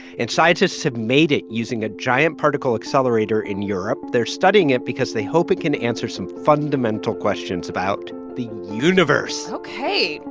and scientists have made it using a giant particle accelerator in europe. they're studying it because they hope it can answer some fundamental questions about the universe ok.